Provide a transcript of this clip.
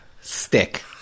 stick